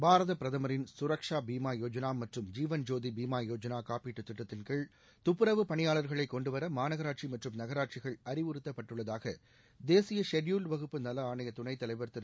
பாரதப் பிரதமரின் சுரக்ஷா பீமா யோஜனா மற்றும் ஜீவன்ஜோதி பீமா யோஜனா காப்பீட்டு திட்டத்தின்கீழ் துப்புரவுப் பணியாளர்களை கொண்டுவர மாநகராட்சி மற்றும் நகராட்சிகள் அறிவுறுத்தப்பட்டுள்ளதாக தேசிய ஷெட்யூல்டு வகுப்பு நல ஆணைய துணைத் தலைவர் திரு